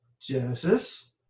Genesis